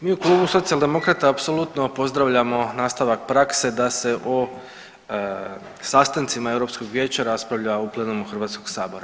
Mi u klubu Socijaldemokrata apsolutno pozdravljamo nastavak prakse da se o sastancima Europskog vijeća raspravlja u plenumu Hrvatskog sabora.